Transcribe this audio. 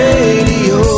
Radio